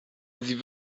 sie